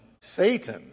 satan